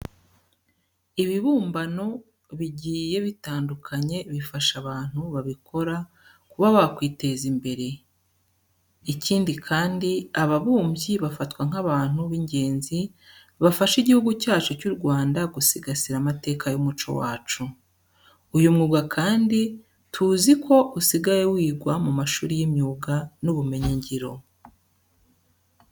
Ibibumbano bigiye bitandukanye bifasha abantu babikora kuba bakwiteza imbere. Ikindi kandi, ababumbyi bafatwa nk'abantu bigenzi bafasha igihugu cyacu cy'u Rwanda gusigasira amateka n'umuco wacu. Uyu mwuga kandi tuzi ko usigaye wigwa mu mashuri y'imyuga n'ubumenyingiro.